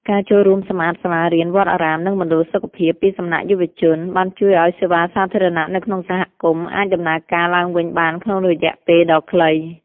ការចូលរួមសម្អាតសាលារៀន វត្តអារាម និងមណ្ឌលសុខភាពពីសំណាក់យុវជន បានជួយឱ្យសេវាសាធារណៈនៅក្នុងសហគមន៍អាចដំណើរការឡើងវិញបានក្នុងរយៈពេលដ៏ខ្លី។